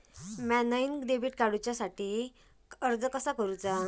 म्या नईन debit card काडुच्या साठी अर्ज कसा करूचा?